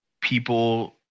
people